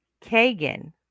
kagan